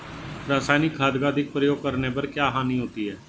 रासायनिक खाद का अधिक प्रयोग करने पर क्या हानि होती है?